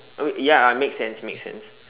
oh wait ya make sense make sense